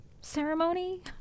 ceremony